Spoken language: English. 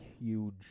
huge